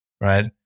right